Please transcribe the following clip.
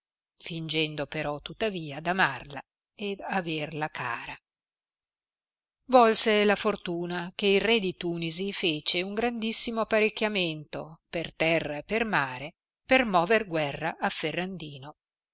fingendo però tuttavia d'amarla ed averla cara volse la fortuna che il re di tunisi fece un grandissimo apparecchiamento per terra e per mare per mover guerra a ferrandino